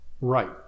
Right